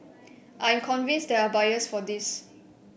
I'm convinced there are buyers for this